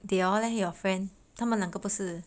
they all leh your friend 他们两个不是